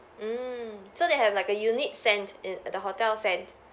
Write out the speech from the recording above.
mm so they have like a unique scent in the hotel scent